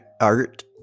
art